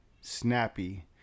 snappy